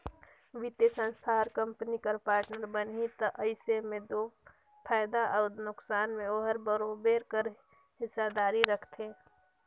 बित्तीय संस्था हर कंपनी कर पार्टनर बनही ता अइसे में दो फयदा अउ नोसकान में ओहर बरोबेर कर हिस्सादारी रखथे